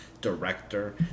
director